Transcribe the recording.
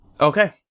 Okay